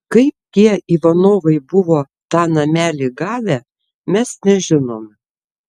kaip tie ivanovai buvo tą namelį gavę mes nežinome